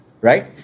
Right